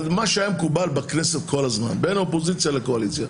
אבל מה שהיה מקובל בכנסת כל הזמן בין האופוזיציה לקואליציה,